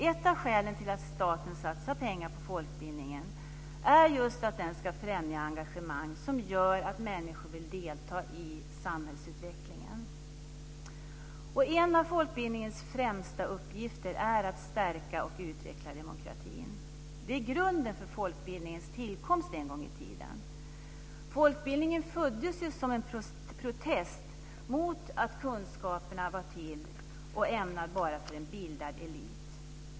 Ett av skälen till att staten satsar pengar på folkbildningen är just att den ska främja engagemang som gör att människor vill delta i samhällsutvecklingen. En av folkbildningens främsta uppgifter är att stärka och utveckla demokratin. Det var grunden för folkbildningens tillkomst en gång i tiden. Folkbildningen föddes ju som en protest mot att kunskapen var ämnad bara för en bildad elit.